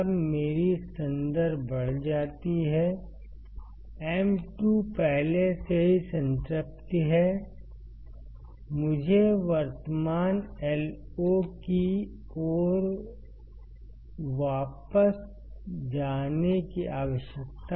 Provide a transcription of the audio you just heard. जब मेरी संदर्भ बढ़ जाती है M2 पहले से ही संतृप्ति में है मुझे वर्तमान Io की ओर वापस जाने की आवश्यकता है